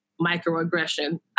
microaggression